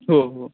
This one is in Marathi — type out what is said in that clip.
हो हो